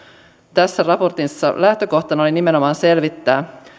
tässä raportissa lähtökohtana oli nimenomaan selvittää